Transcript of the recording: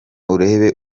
urebe